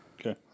okay